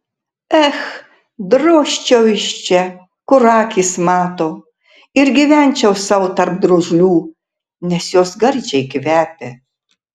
ech drožčiau iš čia kur akys mato ir gyvenčiau sau tarp drožlių nes jos gardžiai kvepia